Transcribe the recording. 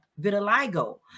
vitiligo